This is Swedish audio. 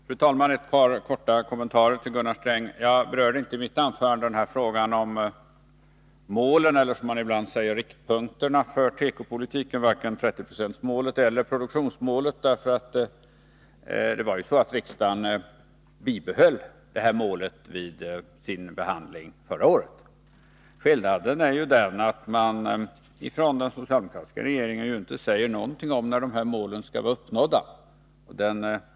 Fru talman! Ett par korta kommentarer till Gunnar Sträng. Jag berörde i mitt anförande inte frågorna om målen eller, som man ibland säger, riktpunkterna för tekopolitiken, varken 30-procentsmålet eller produktionsmålet. Riksdagen bibehöll ju dessa mål vid sin behandling förra året. Skillnaden är ju den att man från den socialdemokratiska regeringen inte säger någonting om när dessa mål skall vara uppnådda.